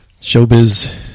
showbiz